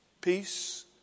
Peace